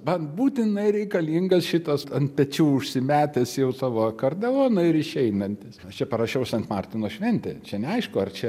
man būtinai reikalingas šitas ant pečių užsimetęs jau savo akordeoną ir išeinantis aš čia parašiau sant martino šventė čia neaišku ar čia